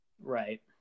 Right